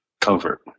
comfort